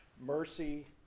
mercy